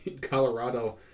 Colorado